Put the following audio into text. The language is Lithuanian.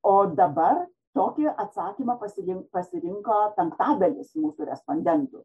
o dabar tokį atsakymą pasirin pasirinko penktadalis mūsų respondentų